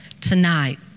tonight